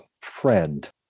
friend